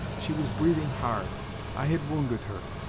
she was breathing hard i had wounded her.